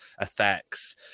Effects